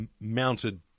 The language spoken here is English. mounted